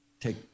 take